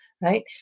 right